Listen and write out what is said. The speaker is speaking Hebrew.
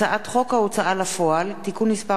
הצעת חוק ההוצאה לפועל (תיקון מס'